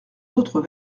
d’autres